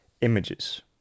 images